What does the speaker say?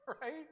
Right